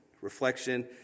reflection